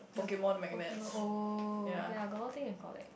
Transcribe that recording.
the Pokemon oh ya got a lot thing I collect